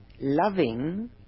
loving